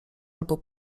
albo